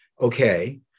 okay